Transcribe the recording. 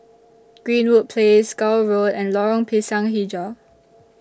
Greenwood Place Gul Road and Lorong Pisang Hijau